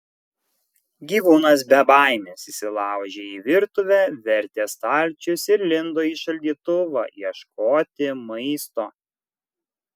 gyvūnas be baimės įsilaužė į virtuvę vertė stalčius ir lindo į šaldytuvą ieškoti maisto